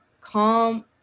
calm